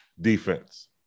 defense